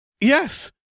Yes